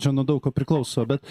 čia nuo daug ko priklauso bet